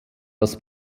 das